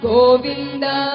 Govinda